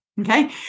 Okay